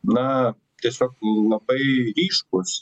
na tiesiog labai ryškūs